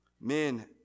Men